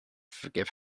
forgive